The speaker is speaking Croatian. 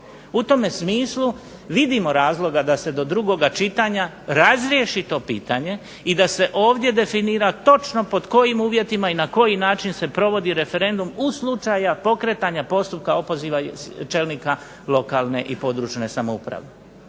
U tome smislu vidimo razloga da se do drugoga čitanja razriješi to pitanje i da se ovdje definira točno pod kojim uvjetima i na koji način se provodi referendum u slučaju pokretanja postupka opoziva čelnika lokalne i područne samouprave.